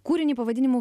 kūrinį pavadinimu